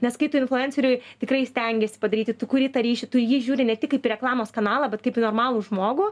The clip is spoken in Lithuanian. nes kai tu influenceriui tikrai stengiesi padaryti tu kuri tą ryšį tu į jį žiūri ne tik kaip į reklamos kanalą bet kaip į normalų žmogų